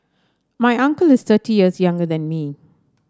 my uncle is thirty years younger than me